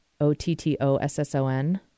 O-T-T-O-S-S-O-N